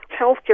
Healthcare